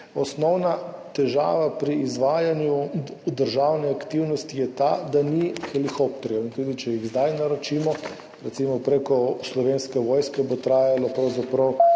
osnovna težava pri izvajanju državne aktivnosti je ta, da ni helikopterjev in tudi če jih zdaj naročimo, recimo prek Slovenske vojske, bo trajalo pravzaprav